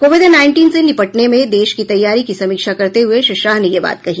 Covid nineteen से निपटने में देश की तैयारी की समीक्षा करते हुए श्री शाह ने यह बात कही